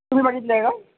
तुमी बघितली आहे का